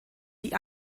die